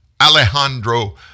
Alejandro